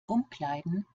umkleiden